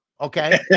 Okay